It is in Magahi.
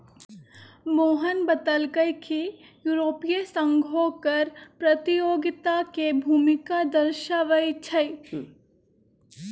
मोहन बतलकई कि यूरोपीय संघो कर प्रतियोगिता के भूमिका दर्शावाई छई